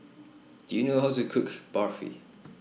Do YOU know How to Cook Barfi